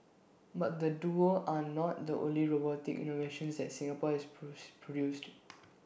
but the duo are not the only robotic innovations that Singapore has produced